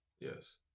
yes